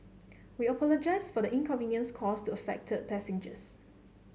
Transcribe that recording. we apologise for the inconvenience caused to affected passengers